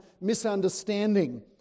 misunderstanding